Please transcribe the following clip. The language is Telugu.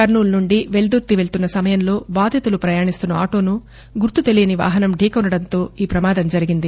కర్నూలు నుండి వెల్సుర్తి వెళ్తున్న సమయంలో బాధితులు పయాణిస్తున్న ఆటోను గుర్తు తెలియని వాహనం ఢీకొనడంతో ఈ పమాదం జరిగింది